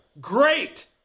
Great